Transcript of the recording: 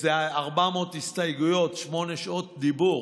איזה 400 הסתייגויות, שמונה שעות דיבור,